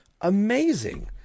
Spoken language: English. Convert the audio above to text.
amazing